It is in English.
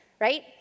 right